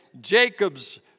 Jacob's